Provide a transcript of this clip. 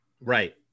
Right